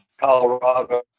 Colorado